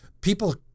people